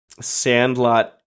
Sandlot